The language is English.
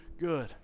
good